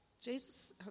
Jesus